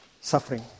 suffering